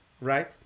right